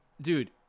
dude